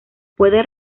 puede